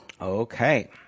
Okay